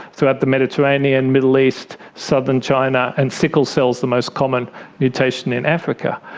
throughout the mediterranean, middle east, southern china, and sickle cell is the most common mutation in africa.